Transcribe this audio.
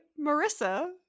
Marissa